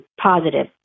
positive